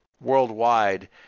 worldwide